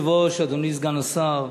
אדוני היושב-ראש, אדוני סגן השר,